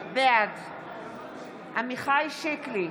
בעד עמיחי שיקלי,